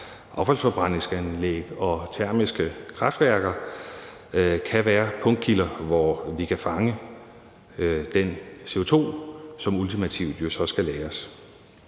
affaldsforbrændingsanlæg og termiske kraftværker kan være punktkilder, hvor vi kan fange den CO2, som ultimativt jo så skal lagres.